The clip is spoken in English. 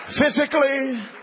Physically